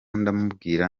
ndamubwira